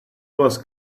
was